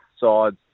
sides